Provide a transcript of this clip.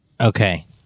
Okay